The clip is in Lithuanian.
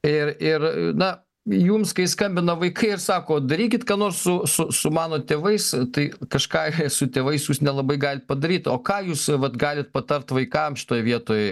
ir ir na jums kai skambina vaikai ir sako darykit ką nors su su su mano tėvais tai kažką su tėvais nelabai galit padaryt o ką jūs vat galit patart vaikams šitoj vietoj